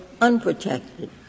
unprotected